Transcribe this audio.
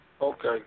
Okay